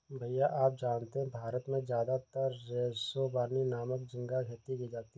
भैया आप जानते हैं भारत में ज्यादातर रोसेनबर्गी नामक झिंगा खेती की जाती है